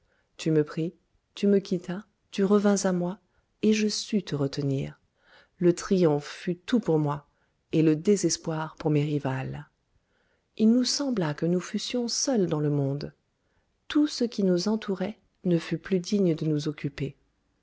tu me pris tu me quittas tu revins à moi et je sus te retenir le triomphe fut tout pour moi et le désespoir pour mes rivales il nous sembla que nous fussions seuls dans le monde tout ce qui nous entourait ne fut plus digne de nous occuper